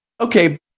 okay